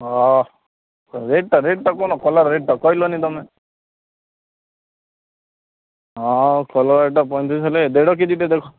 ହଁ ରେଟ୍ଟା ରେଟ୍ଟା କହୁନ କଲରା ରେଟ୍ଟା କହିଲନି ତମେ ହଁ କଲରାଟା ପଇଁତିରିଶି ହେଲେ ଦେଢ଼ କେଜିଟେ ଦେଖ